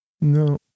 No